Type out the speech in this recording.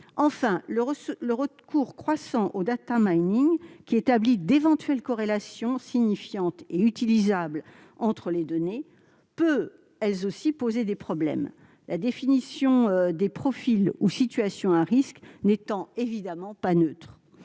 Enfin, le recours croissant au, qui établit d'éventuelles corrélations signifiantes et utilisables entre les données, peut lui aussi poser des problèmes, la définition des profils ou des situations à risques n'étant évidemment pas neutre.